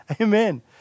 Amen